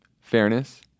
fairness